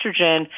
estrogen